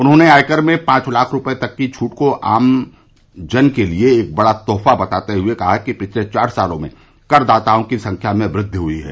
उन्होंने आयकर में पांच लाख रूपये तक की छूट को आम आदमी के लिये एक बड़ा तोहफा बताते हुए कहा कि पिछले चार सालों में करदाताओं की संख्या में वृद्धि हुई है